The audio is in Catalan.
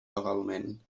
legalment